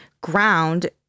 ground